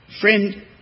Friend